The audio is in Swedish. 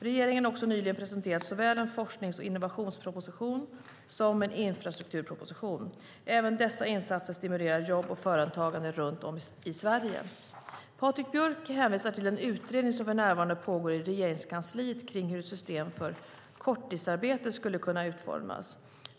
Regeringen har också nyligen presenterat såväl en forsknings och innovationsproposition som en infrastrukturproposition. Även dessa insatser stimulerar jobb och företagande runt om i Sverige. Patrik Björck hänvisar till den utredning som för närvarande pågår i Regeringskansliet kring hur ett system för korttidsarbete skulle kunna utformas.